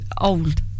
old